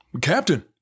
Captain